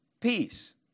Peace